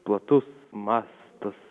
platus mastas